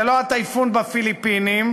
זה לא הטייפון בפיליפינים,